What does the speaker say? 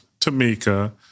Tamika